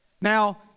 Now